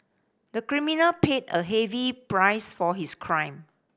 the criminal paid a heavy price for his crime